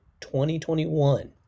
2021